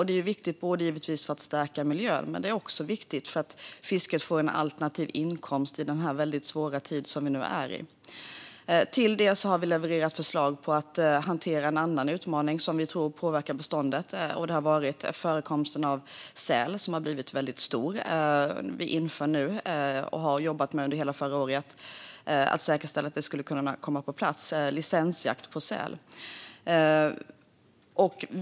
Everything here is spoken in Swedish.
Detta är givetvis viktigt för att stärka miljön, men det är också viktigt för att fisket får en alternativ inkomst i den väldigt svåra tid som vi nu befinner oss i. Till detta har vi levererat förslag på att hantera en annan utmaning som vi tror påverkar beståndet, nämligen förekomsten av säl, som är väldigt stor. Under hela förra året jobbade vi med att säkerställa och få på plats licensjakt på säl, och det införs nu.